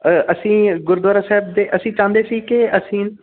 ਅ ਅਸੀਂ ਗੁਰਦੁਆਰਾ ਸਾਹਿਬ ਦੇ ਅਸੀਂ ਚਾਹੁੰਦੇ ਸੀ ਕਿ ਅਸੀਂ